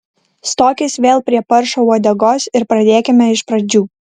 stokis vėl prie paršo uodegos ir pradėkime iš pradžių